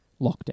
lockdown